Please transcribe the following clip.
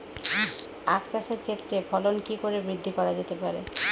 আক চাষের ক্ষেত্রে ফলন কি করে বৃদ্ধি করা যেতে পারে?